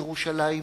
ירושלים שלנו".